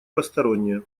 посторонние